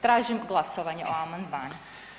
Tražim glasovanje o amandmanu.